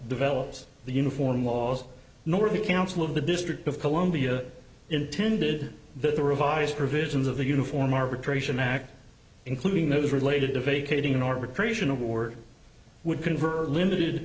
develops the uniform laws nor the council of the district of columbia intended that the revised provisions of the uniform arbitration act including those related to vacating an arbitration or would convert limited